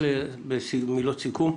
מלות סיכום.